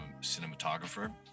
cinematographer